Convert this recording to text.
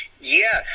Yes